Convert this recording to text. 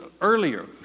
earlier